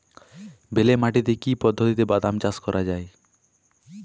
বেলে মাটিতে কি পদ্ধতিতে বাদাম চাষ করা যায়?